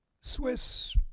Swiss